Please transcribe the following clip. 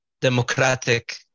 democratic